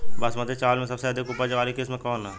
बासमती चावल में सबसे अधिक उपज वाली किस्म कौन है?